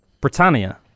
Britannia